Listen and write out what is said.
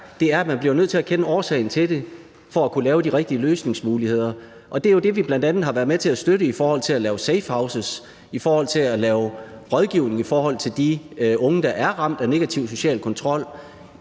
er, er, at man bliver nødt til at kende årsagen til det for at kunne lave de rigtige løsningsmuligheder. Det er jo det, vi bl.a. har været med til at støtte i forhold til at lave safehouses, i forhold til at lave rådgivning for de unge, der er ramt af negativ social kontrol,